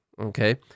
Okay